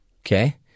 Okay